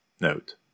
Note